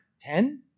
ten